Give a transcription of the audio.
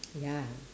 ya